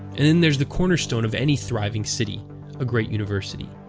and then there's the cornerstone of any thriving city a great university.